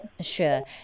sure